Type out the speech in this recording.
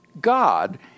God